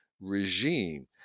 regime